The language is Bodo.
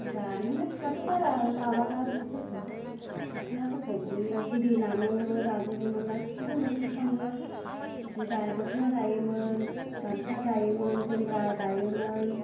दानि मानसिफ्राथ' बारा माबाला जिफोरखौ दख'नाफोरखौ बिदिनो गोदोना न' न' दाजोबोमोन गासिबो न'खरफ्रामबो जि दा दख'ना दायोमोन गामसा दायोमोन जोमग्रा दायोमोन